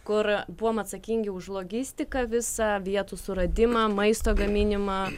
kur buvom atsakingi už logistiką visą vietų suradimą maisto gaminimą